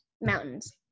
Mountains